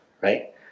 right